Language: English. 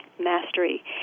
mastery